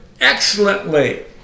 excellently